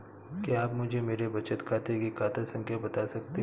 क्या आप मुझे मेरे बचत खाते की खाता संख्या बता सकते हैं?